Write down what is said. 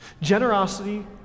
Generosity